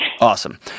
Awesome